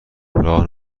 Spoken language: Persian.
راه